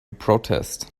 protest